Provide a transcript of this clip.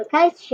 בקיץ,